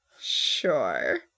Sure